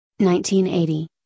1980